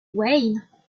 wayne